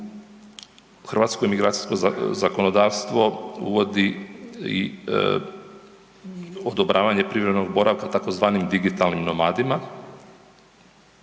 hrvatsko migracijsko zakonodavstvo uvodi i odobravanje privremenog boravka tzv. digitalnim nomadima